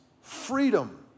freedom